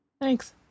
Thanks